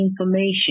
information